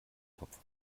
topf